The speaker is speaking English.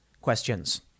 questions